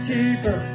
Keeper